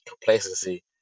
Complacency